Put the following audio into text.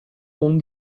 con